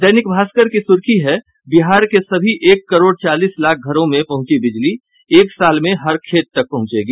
दैनिक भास्कर की सुर्खी है बिहार के सभी एक करोड़ चालीस लाख घरों में पहुंची बिजली एक साल में हर खेत तक पहुंचेगी